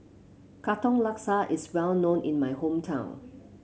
Katong Laksa is well known in my hometown